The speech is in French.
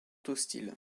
hostile